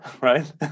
right